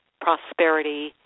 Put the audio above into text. prosperity